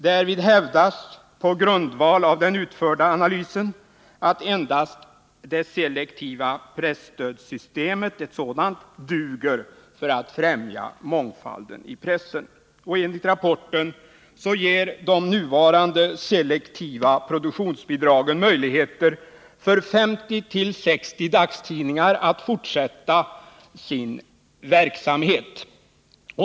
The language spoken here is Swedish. Därvid hävdas på grundval av den utförda analysen att endast selektiva presstödssystem duger för att ffträmja mångfalden i pressen. Enligt rapporten ger de nuvarande selektiva produktionsbidragen möjligheter för 50-60 dagstidningar att fortsätta sin verksamhet.